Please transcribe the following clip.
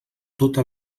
tota